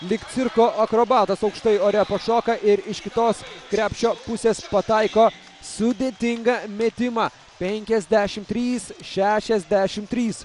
lyg cirko akrobatas aukštai ore pašoka ir iš kitos krepšio pusės pataiko sudėtingą metimą penkiasdešim trys šešiasdešim trys